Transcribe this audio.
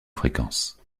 fréquence